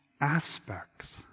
aspects